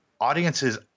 audiences